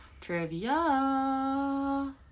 Trivia